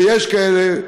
ויש כאלה,